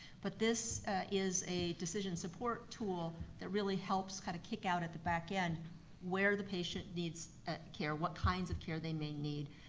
but this is a decision support tool that really helps kind of kick out at the back end where the patient needs care, what kinds of care they may need,